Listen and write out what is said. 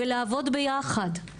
ולעבוד ביחד,